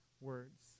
words